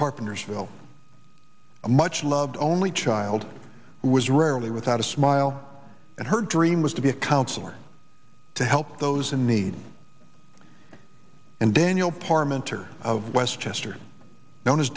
carpenters will a much loved only child was rarely without a smile and her dream was to be a counselor to help those in need and daniel parmenter of westchester kno